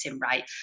right